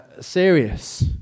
serious